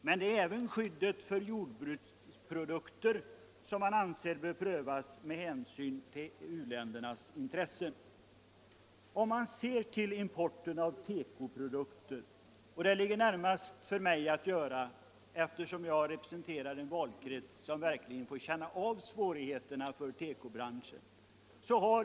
Men det är även skyddet för jordbruksprodukter som man anser bör prövas med hänsyn till u-ländernas intressen. Det ligger nära för mig att se på importen av tekoprodukter, eftersom jag representerar en valkrets som verkligen får känna av svårigheterna för tekobranschen.